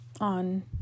on